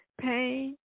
pain